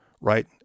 right